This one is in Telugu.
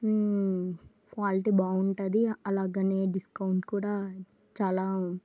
క్వాలిటీ బాగుంటుంది అలాగనే డిస్కౌంట్ కూడా చాలా